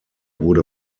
wurde